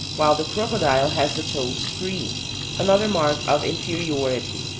while the crocodile has the toes free another mark of inferiority.